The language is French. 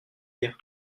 dire